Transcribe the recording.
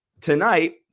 Tonight